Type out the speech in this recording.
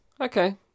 Okay